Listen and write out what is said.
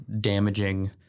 damaging